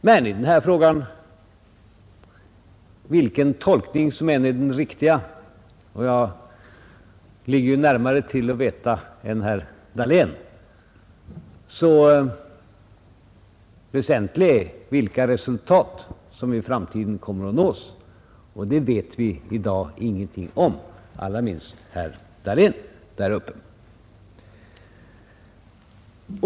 Men vilken tolkning som än är den riktiga — och jag ligger väl närmare till att veta det än herr Dahlén — är det väsentliga vilka resultat som i framtiden kommer att nås. Och det vet vi i dag ingenting om — allra minst herr Dahlén.